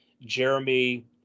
jeremy